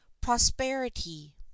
prosperity